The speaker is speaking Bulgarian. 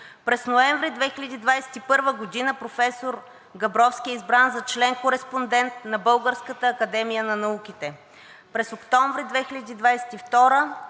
През ноември 2021 г. професор Габровски е избран за член кореспондент на Българската академия на науките. През октомври 2022